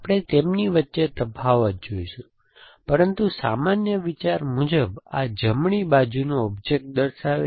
આપણે તેમની વચ્ચે તફાવત જોઈશું પરંતુ સામાન્ય વિચાર મુજબ આ જમણી બાજુનો ઑબ્જેક્ટ દર્શાવે છે